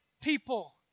people